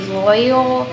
loyal